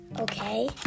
okay